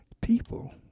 people